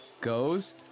goes